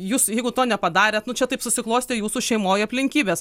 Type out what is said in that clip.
jūs jeigu to nepadarėt nu čia taip susiklostė jūsų šeimoj aplinkybės